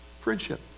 Friendship